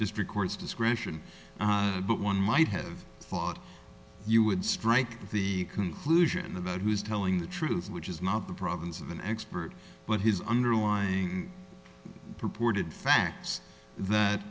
district courts discretion but one might have thought you would strike the conclusion about who's telling the truth which is not the province of an expert but his underlying purported facts that